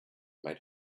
made